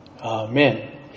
Amen